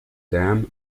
dam